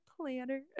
planner